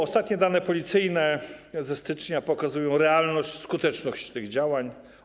Ostatnie dane policyjne ze stycznia pokazują realność i skuteczność tych działań.